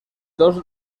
dos